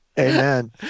Amen